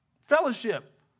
fellowship